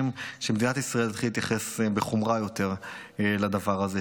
שמדינת ישראל תתחיל להתייחס יותר בחומרה לדבר הזה,